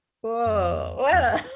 whoa